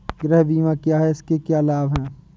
गृह बीमा क्या है इसके क्या लाभ हैं?